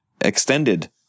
extended